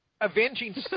avenging